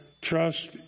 trust